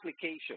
application